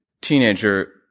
teenager